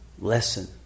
lesson